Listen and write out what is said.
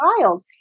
child